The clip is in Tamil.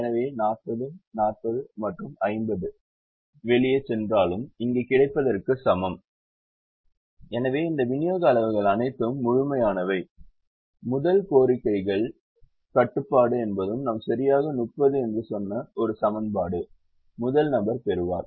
எனவே 40 40 மற்றும் 50 எது வெளியே சென்றாலும் இங்கே கிடைப்பதற்கு சமம் எனவே இந்த விநியோக அளவுகள் அனைத்தும் முழுமையானவை முதல் கோரிக்கை கட்டுப்பாடு என்பது நாம் சரியாக 30 என்று சொன்ன ஒரு சமன்பாடு முதல் நபர் பெறுவார்